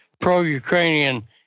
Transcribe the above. pro-Ukrainian